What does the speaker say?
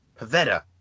Pavetta